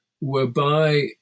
whereby